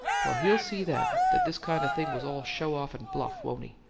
well, he'll see then that this kind of thing was all show-off, and bluff, won't he?